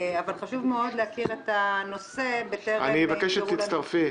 אבל חשוב מאוד להכיר את הנושא בטרם --- אני אבקש שתצטרפי.